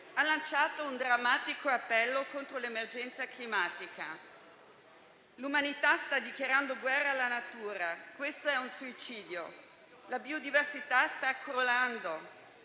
ha lanciato un drammatico appello contro l'emergenza climatica: l'umanità sta dichiarando guerra alla natura, questo è un suicidio; la biodiversità sta crollando,